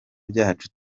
byacu